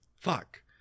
fuck